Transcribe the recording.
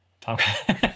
Tom